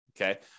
Okay